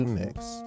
next